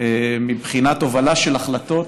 מבחינת הובלה של החלטות,